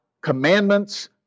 commandments